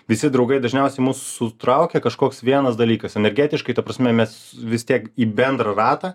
visi draugai dažniausiai mus sutraukia kažkoks vienas dalykas energetiškai ta prasme mes vis tiek į bendrą ratą